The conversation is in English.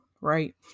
right